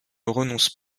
renonce